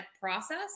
process